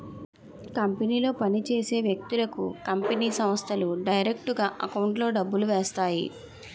కంపెనీలో పని చేసే వ్యక్తులకు కంపెనీ సంస్థలు డైరెక్టుగా ఎకౌంట్లో డబ్బులు వేస్తాయి